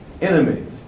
enemies